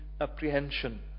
apprehension